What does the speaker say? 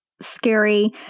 scary